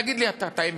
תגיד לי אתה את האמת.